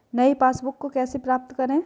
नई पासबुक को कैसे प्राप्त करें?